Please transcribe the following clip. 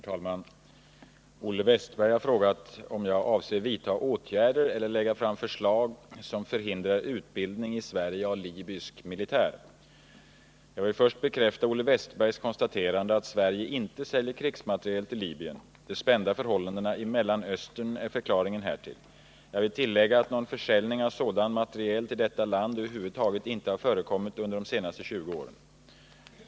Herr talman! Olle Wästberg i Stockholm har frågat mig om jag avser vidta åtgärder eller lägga fram förslag som förhindrar utbildning i Sverige av libysk militär. Jag vill först bekräfta Olle Wästbergs konstaterande att Sverige inte säljer krigsmateriel till Libyen. De spända förhållandena i Mellanöstern är förklaringen härtill. Jag vill tillägga att någon försäljning av sådan materiel till detta land över huvud inte har förekommit under de senaste 20 åren.